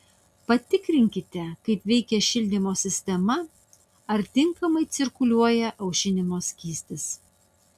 patikrinkite kaip veikia šildymo sistema ar tinkamai cirkuliuoja aušinimo skystis